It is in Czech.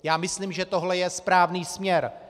Já myslím, že tohle je správný směr.